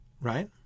Right